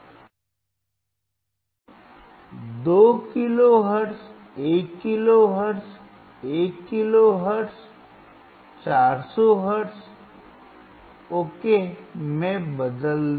तो हम 2 kilohertz 1 kilohertz 1 kilohertz 400 hertz okay में बदल दें